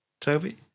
Toby